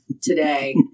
today